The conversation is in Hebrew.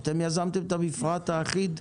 אתם יזמתם את המפרט האחיד?